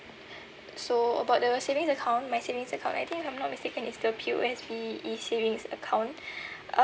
so about the savings account my savings account I think if I'm not mistaken is the P_O_S_B E-savings account